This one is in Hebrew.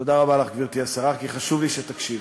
תודה רבה לך, גברתי השרה, כי חשוב לי שתקשיבי.